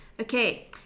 Okay